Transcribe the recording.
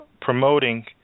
promoting